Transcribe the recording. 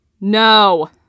No